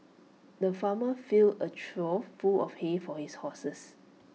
the farmer filled A trough full of hay for his horses